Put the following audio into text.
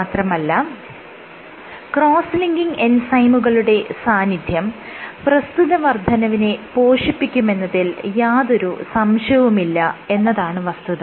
മാത്രമല്ല cross linking എൻസൈമുകളുടെ സാന്നിധ്യം പ്രസ്തുത വർദ്ധനവിനെ പോഷിപ്പിക്കുമെന്നതിൽ യാതൊരു സംശയവുമില്ല എന്നതാണ് വസ്തുത